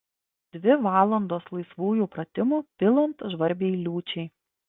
dvi valandos laisvųjų pratimų pilant žvarbiai liūčiai